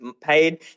paid